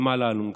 הם על האלונקה.